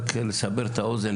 רק כדי לסבר את האוזן,